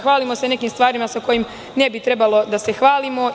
Hvalimo se nekim stvarima sa kojima ne bi trebalo da se hvalimo.